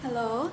hello